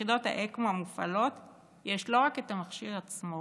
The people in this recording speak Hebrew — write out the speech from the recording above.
אקמו המופעלות יש לא רק את המכשיר עצמו